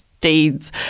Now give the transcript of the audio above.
Deeds